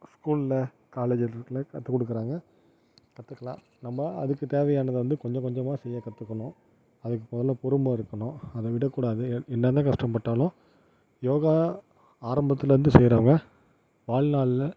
ஸ்கூலில் காலேஜிலருக்குல கற்றுக் கொடுக்குறாங்க கற்றுக்கலாம் நம்ம அதுக்கு தேவையானதை வந்து கொஞ்சோம் கொஞ்சமாக செய்ய கற்றுக்கணும் அதுக்கு மொதலை பொறுமை இருக்கணும் அதை விட கூடாது என் என்ன கஷ்டப்பட்டாலும் யோகா ஆரம்பத்தில் இருந்து செய்கிறவங்க வாழ்நாளில்